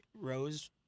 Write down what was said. Rose